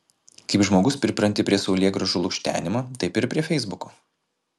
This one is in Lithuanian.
kaip žmogus pripranti prie saulėgrąžų lukštenimo taip ir prie feisbuko